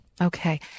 Okay